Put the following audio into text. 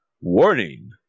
Warning